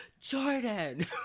jordan